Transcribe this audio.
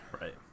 right